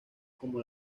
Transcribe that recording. como